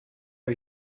are